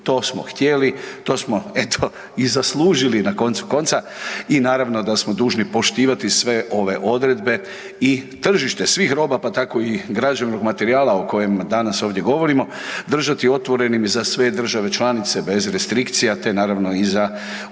To smo htjeli. To smo eto i zaslužili na koncu konca i naravno da smo dužni poštivati sve ove odredbe i tržište svih roba, pa tako i građevnog materijala o kojem danas ovdje govorimo držati otvorenim za sve države članice bez restrikcija te naravno i za one